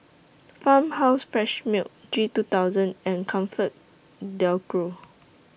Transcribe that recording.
Farmhouse Fresh Milk G two thousand and ComfortDelGro